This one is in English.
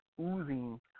oozing